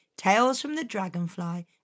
talesfromthedragonfly